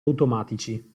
automatici